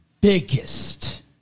biggest